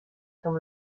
zum